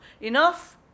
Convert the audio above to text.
Enough